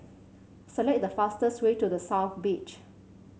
select the fastest way to The South Beach